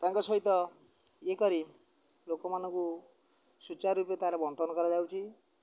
ତାଙ୍କ ସହିତ ଇଏ କରି ଲୋକମାନଙ୍କୁ ସୁଚାରୁ ରୂପେ ତା'ର ବଣ୍ଟନ କରାଯାଉଛି